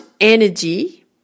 energy